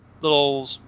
little